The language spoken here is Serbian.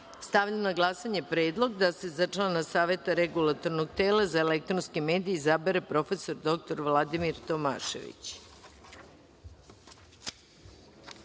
na glasanje predlog da se za člana Saveta regulatornog tela za elektronske medije izabere prof. dr Vladimir